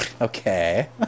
okay